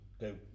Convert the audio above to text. go